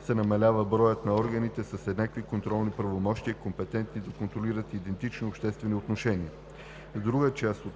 се намалява броят на органите с еднакви контролни правомощия, компетентни да контролират идентични обществени отношения. С друга част от